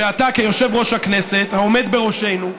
שאתה כיושב-ראש הכנסת, העומד בראשנו,